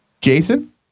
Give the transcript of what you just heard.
Jason